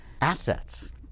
assets